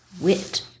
Wit